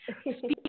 Speaking